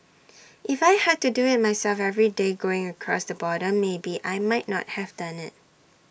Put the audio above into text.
if I had to do IT myself every day going across the border maybe I might not have done IT